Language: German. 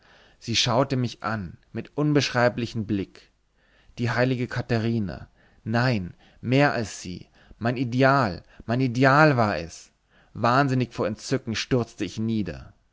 sie schaute mich an mit unbeschreiblichen blick die heilige katharina nein mehr als sie mein ideal mein ideal war es wahnsinnig vor entzücken stürzte ich nieder